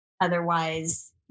otherwise